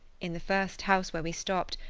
in the first house where we stopped,